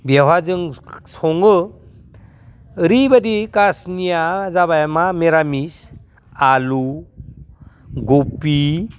बेवहा जों सङो ओरैबायदि कासनिया जाबाय मा मिरामिस आलु गबि